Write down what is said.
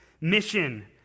mission